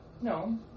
No